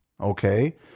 okay